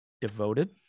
devoted